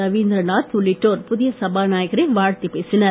ரவிந்திர நாத் உள்ளிட்டோர் புதிய சபாநாயகரை வாழ்த்தி பேசினர்